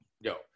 yo